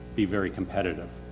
be very competitive.